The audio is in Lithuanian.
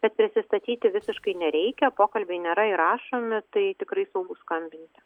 kad prisistatyti visiškai nereikia pokalbiai nėra įrašomi tai tikrai saugu skambint